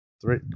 three